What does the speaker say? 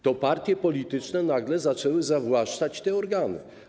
To partie polityczne nagle zaczęły zawłaszczać te organy.